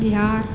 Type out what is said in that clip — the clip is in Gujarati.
બિહાર